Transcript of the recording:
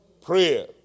Prayer